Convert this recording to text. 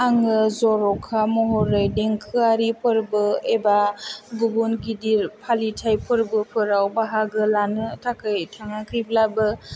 आङो जरखा महरै देंखोयारि फोरबो एबा गुबुन गिदिर फालिथाइ फोरबोफोराव बाहागो लानो थाखाय थाङाखैब्लाबो